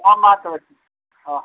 ᱦᱮᱸ ᱢᱟ ᱛᱚᱵᱮ ᱦᱮᱸ